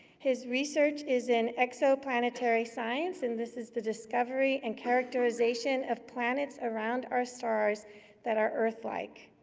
his research is in exoplanetary science, and this is the discovery and characterization of planets around our stars that are earth-like.